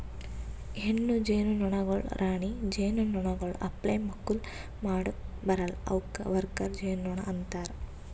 ಹೆಣ್ಣು ಜೇನುನೊಣಗೊಳ್ ರಾಣಿ ಜೇನುನೊಣಗೊಳ್ ಅಪ್ಲೆ ಮಕ್ಕುಲ್ ಮಾಡುಕ್ ಬರಲ್ಲಾ ಅವುಕ್ ವರ್ಕರ್ ಜೇನುನೊಣ ಅಂತಾರ